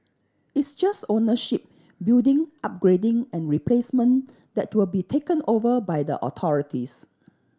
it's just ownership building upgrading and replacement that will be taken over by the authorities